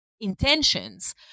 intentions